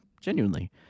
genuinely